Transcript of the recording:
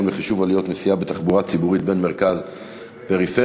בחישוב עלויות נסיעה בתחבורה ציבורית בין מרכז ופריפריה,